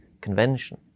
Convention